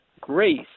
grace